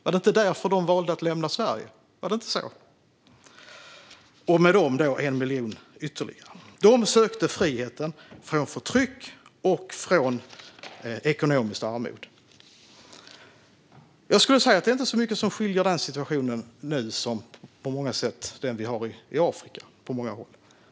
Är det inte därför de valde att lämna Sverige - och med dem 1 miljon ytterligare? De sökte frihet från förtryck och från ekonomiskt armod. Jag skulle säga att det inte är så mycket som skiljer den situationen från den som nu råder på många håll i Afrika.